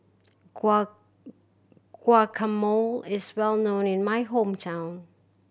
guacamole is well known in my hometown